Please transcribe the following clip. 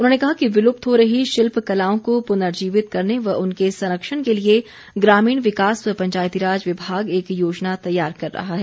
उन्होंने कहा कि विलुप्त हो रही शिल्प कलाओं को पुनर्जीवित करने व उनके संरक्षण के लिए ग्रामीण विकास व पंचायती राज विभाग एक योजना तैयार कर रहा है